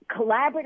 collaborative